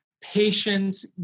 patience